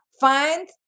Find